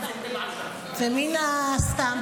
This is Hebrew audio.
ומן הסתם,